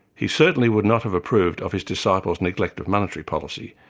he certainly would not have approved of his disciples' neglect of monetary policy,